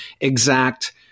exact